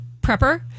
prepper-